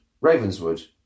Ravenswood